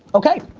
okay,